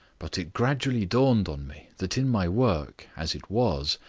but it gradually dawned on me that in my work, as it was,